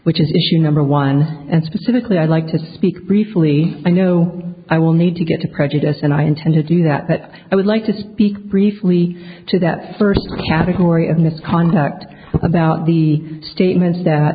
which is issue number one and specifically i'd like to speak briefly i know i will need to get a prejudice and i intend to do that but i would like to speak briefly to that first category of misconduct about the statements that